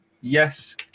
yes